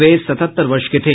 वे सतहत्तर वर्ष के थे